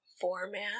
format